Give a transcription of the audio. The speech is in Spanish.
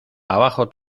abajo